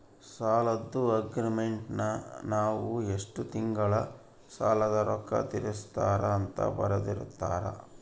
ಸಾಲದ್ದು ಅಗ್ರೀಮೆಂಟಿನಗ ನಾವು ಎಷ್ಟು ತಿಂಗಳಗ ಸಾಲದ ರೊಕ್ಕ ತೀರಿಸುತ್ತಾರ ಅಂತ ಬರೆರ್ದಿರುತ್ತಾರ